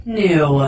new